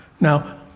Now